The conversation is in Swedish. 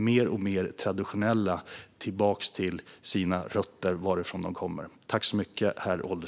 De söker sig tillbaka till de rötter varifrån de kommer.